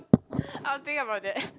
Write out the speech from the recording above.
I'll think about that